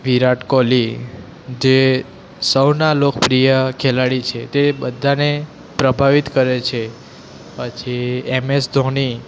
વિરાટ કોહલી જે સૌના લોકપ્રિય ખેલાડી છે તે બધાંને પ્રભાવિત કરે છે પછી એમ એસ ધોની